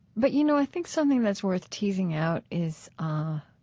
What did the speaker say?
but, you know, i think something that's worth teasing out is, ah